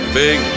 big